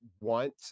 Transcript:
want